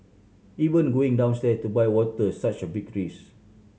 even going downstairs to buy water such a big risk